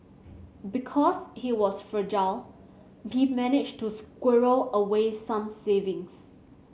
because he was frugal he managed to squirrel away some savings